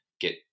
get